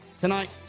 tonight